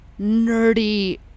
nerdy